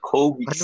Kobe